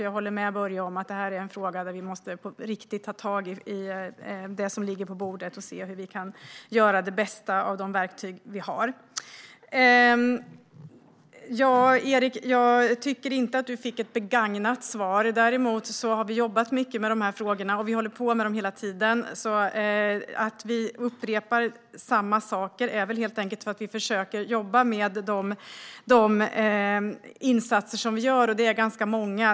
Jag håller med Börje om att vi måste ta tag i den här frågan som ligger på bordet och se hur vi kan göra det bästa av de verktyg som vi har. Jag tycker inte att du fick ett begagnat svar, Erik. Vi har jobbat mycket med dessa frågor, och vi gör det hela tiden. Att vi upprepar samma saker är väl för att vi helt enkelt försöker att jobba med de insatser som vi gör, och de är ganska många.